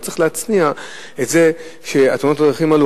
לא צריך להצניע את זה שתאונות הדרכים האלה,